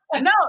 No